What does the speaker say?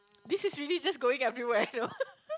this is really just going everywhere you know